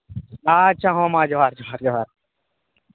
ᱟᱪᱪᱷᱟ ᱦᱚᱸ ᱢᱟ ᱡᱚᱸᱦᱟᱨ ᱡᱚᱸᱦᱟᱨ ᱡᱚᱸᱦᱟᱨ